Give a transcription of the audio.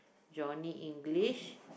Johnny-English